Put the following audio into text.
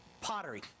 pottery